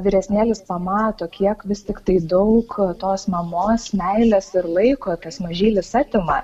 vyresnėlis pamato kiek vis tiktai daug tos mamos meilės ir laiko tas mažylis atima